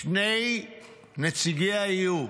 שני נציגיה יהיו: